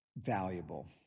valuable